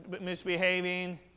misbehaving